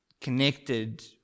connected